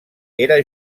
era